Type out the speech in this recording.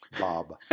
Bob